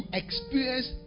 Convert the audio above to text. experience